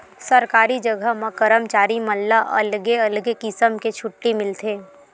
सरकारी जघा म करमचारी मन ला अलगे अलगे किसम के छुट्टी मिलथे